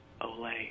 Olay